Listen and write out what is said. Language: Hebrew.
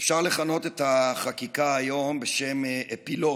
אפשר לכנות את החקיקה היום בשם אפילוג,